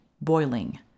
boiling